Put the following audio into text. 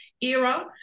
era